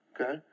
Okay